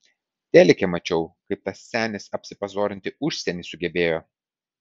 telike mačiau kaip tas senis apsipazorinti užsieny sugebėjo